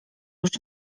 już